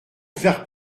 faire